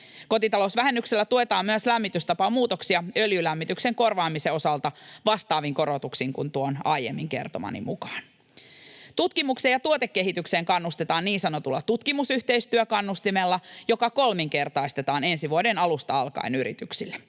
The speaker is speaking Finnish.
Kotitalousvähennyksellä tuetaan myös lämmitystapamuutoksia öljylämmityksen korvaamisen osalta vastaavin korotuksin kuin tuon aiemmin kertomani mukaan. Tutkimukseen ja tuotekehitykseen kannustetaan niin sanotulla tutkimusyhteistyökannustimella, joka kolminkertaistetaan ensi vuoden alusta alkaen yrityksille.